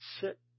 sit